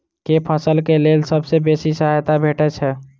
केँ फसल केँ लेल सबसँ बेसी सहायता भेटय छै?